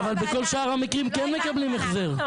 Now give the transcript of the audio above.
אבל בכל שאר המקרים כן מקבלים החזר.